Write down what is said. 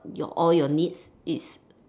all your needs it's